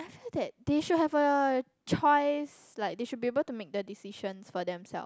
I feel that they should have a choice like they should be able to make the decisions for them self